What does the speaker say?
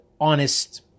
honest